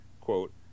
quote